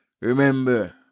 Remember